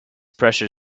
pressure